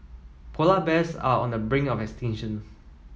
polar bears are on the brink of extinction